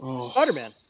Spider-Man